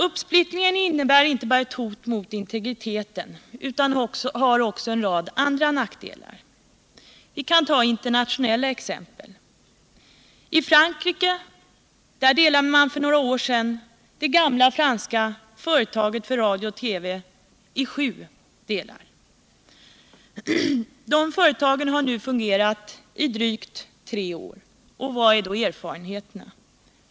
Uppsplittringen innebär inte bara ett hot mot integriteten utan medför också en rad andra nackdelar. Vi kan ta internationella exempel. I Frankrike delade man för några år sedan det gamla franska företaget för radio och TV i sju delar. Dessa företag har nu fungerat i drygt tre år. Vilka är erfarenheterna?